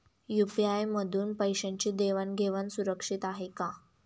UPI मधून पैशांची देवाण घेवाण सुरक्षित आहे का?